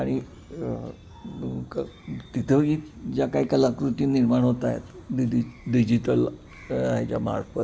आणि क तिथंही ज्या काही कलाकृती निर्माण होत आहेत डि डि डिजिटल ह्याच्यामार्फत